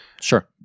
sure